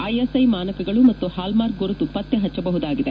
ISI ಮಾನಕಗಳು ಮತ್ತು hallmark ಗುರುತು ಪತ್ತೆಹಚ್ಚಬಹುದಾಗಿದೆ